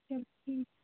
چلو ٹھیٖک